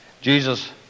Jesus